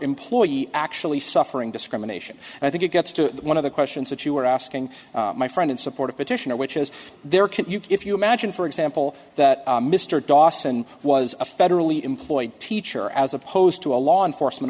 employee actually suffering discrimination and i think it gets to one of the questions that you were asking my friend in support of petitioner which is there can if you imagine for example that mr dawson was a federally employed teacher as opposed to a law enforcement